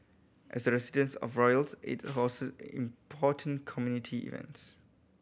as the residence of royals it hosted important community events